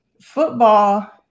football